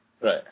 Right